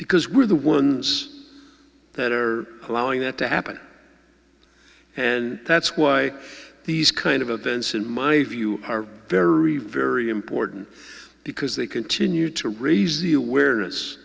because we're the ones that are allowing that to happen and that's why these kind of events in my view are very very important because they continue to raise the awareness